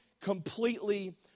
completely